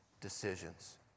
decisions